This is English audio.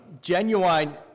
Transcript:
genuine